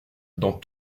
dans